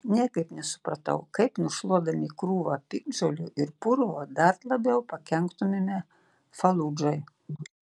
niekaip nesupratau kaip nušluodami krūvą piktžolių ir purvo dar labiau pakenktumėme faludžai